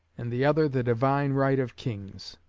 and the other the divine right of kings.